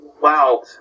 wow